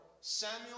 Samuel